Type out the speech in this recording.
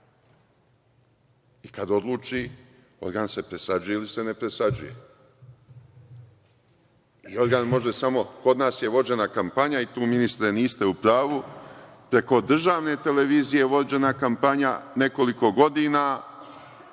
i kada odluči organ se presađuje ili se ne presađuje. Kod nas je vođena kampanja, i tu ministre niste u pravu, preko državne televizije je vođena kampanja nekoliko godina